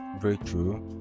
breakthrough